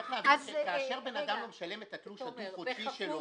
צריך להבין שכאשר בן אדם לא משלם את התלוש הדו-חודשי שלו,